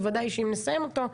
בוודאי שאם נסיים אותו,